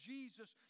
Jesus